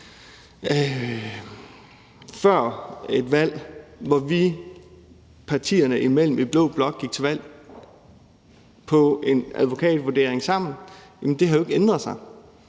før et valg, hvor vi, partierne i blå blok, sammen gik til valg på en advokatvurdering, har jo ikke ændret sig,